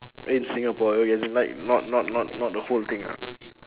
in Singapore okay so like not not not not the whole thing ah